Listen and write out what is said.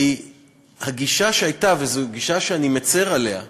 כי הגישה שהייתה, וזו גישה שאני מצר עליה,